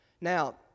Now